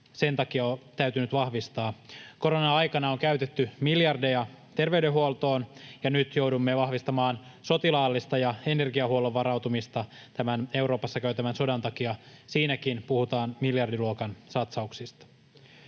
sen takia täytynyt vahvistaa. Korona-aikana on käytetty miljardeja terveydenhuoltoon, ja nyt joudumme vahvistamaan sotilaallista ja energiahuollon varautumista tämän Euroopassa käytävän sodan takia. Siinäkin puhutaan miljardiluokan satsauksista.